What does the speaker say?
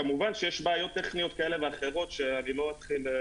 כמובן שיש בעיות טכניות כאלה ואחרות אין